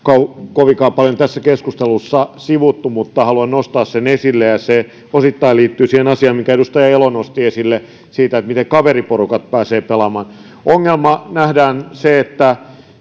kovinkaan paljon tässä keskustelussa sivuttu mutta haluan nostaa sen esille se osittain liittyy siihen asiaan minkä edustaja elo nosti esille siitä miten kaveriporukat pääsevät pelaamaan ongelmana nähdään se että